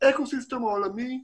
האקו סיסטם העולמי,